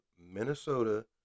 Minnesota